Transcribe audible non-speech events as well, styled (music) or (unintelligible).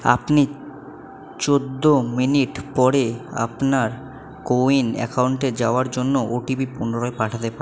আপনি চোদ্দ মিনিট পরে আপনার কো উইন অ্যাকাউন্টে যাওয়ার জন্য ওটিপি পুনরায় পাঠাতে পা (unintelligible)